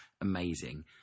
amazing